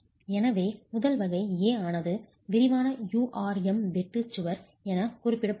எனவே முதல் வகை A ஆனது விரிவான URM வெட்டு சுவர் என குறிப்பிடப்படுகிறது